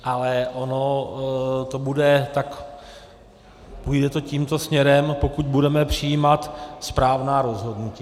Ale ono to půjde tímto směrem, pokud budeme přijímat správná rozhodnutí.